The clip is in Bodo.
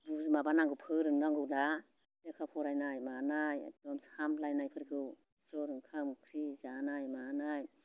माबानांगौ फोरोंनांगौना लेखा फरायनाय मानाय एकदम सामलायनायफोरखौ ज' ओंखाम ओंख्रि जानाय मानाय